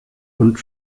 und